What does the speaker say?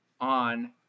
on